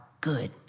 good